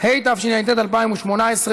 כי הונחה היום על שולחן הכנסת,